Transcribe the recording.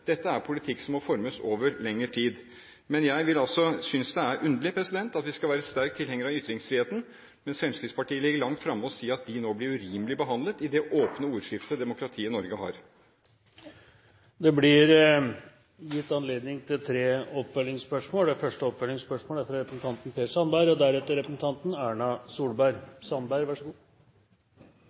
Dette er politikk som må formes over lengre tid. Men jeg synes det er underlig at vi skal være sterk tilhenger av ytringsfriheten, mens Fremskrittspartiet ligger langt fremme og sier at de nå blir urimelig behandlet i det åpne ordskiftet demokratiet Norge har. Det blir gitt anledning til tre oppfølgingsspørsmål – først Per Sandberg. La meg først bare slå fast at det er